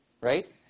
Right